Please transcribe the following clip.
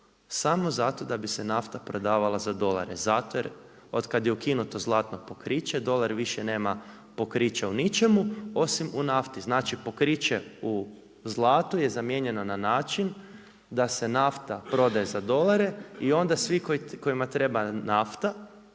samo zato da bi se nafta prodavala za dolare, zato jer od kada je ukinuto zlatno pokriće dolar više nema pokrića u ničemu osim u nafti. Znači pokriće u zlatu je zamijenjeno na način da se nafta prodaje za dolare i onda svi kojima treba nafta